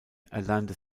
erlernte